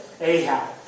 Ahab